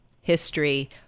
history